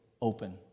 open